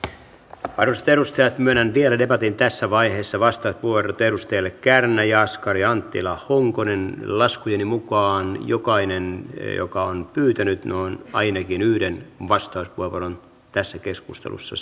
arvoisat edustajat myönnän vielä debatin tässä vaiheessa vastauspuheenvuorot edustajille kärnä jaskari anttila honkonen laskujeni mukaan jokainen joka on pyytänyt on ainakin yhden vastauspuheenvuoron tässä keskustelussa